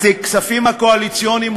הכספים הקואליציוניים,